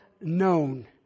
known